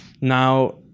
Now